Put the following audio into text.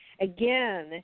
Again